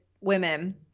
women